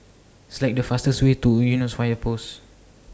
Select The fastest Way to Eunos Fire Post